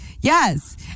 Yes